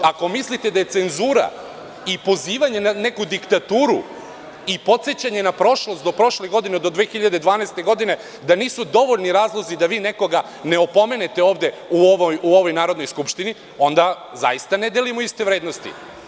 Ako mislite da je cenzura i pozivanje na neku diktaturu, i podsećanje na prošlost, do prošle godine do 2012. godine, da nisu dovoljni razlozi da vi nekoga ne opomenete ovde u ovoj Narodnoj skupštini, onda zaista ne delimo iste vrednosti.